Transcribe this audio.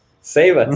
Save